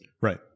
Right